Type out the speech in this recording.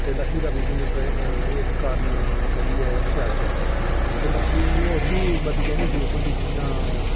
ते लकड़ी दा बिज़नेस इस कारण करियै शैल चलदा ऐ ते लकड़ी होर जगहें बी मती यूज़ होंदी जि'यां